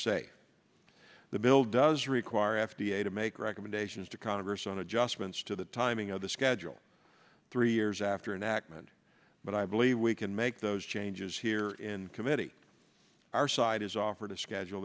say the bill does require f d a to make recommendations to congress on adjustments to the timing of the schedule three years after an accident but i believe we can make those changes here in committee our side has offered a schedule